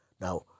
Now